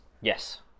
Yes